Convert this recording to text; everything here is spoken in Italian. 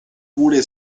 pure